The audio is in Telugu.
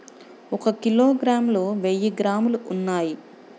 ఒక కిలోగ్రామ్ లో వెయ్యి గ్రాములు ఉన్నాయి